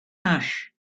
ash